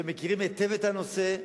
שמכירים היטב את הנושא,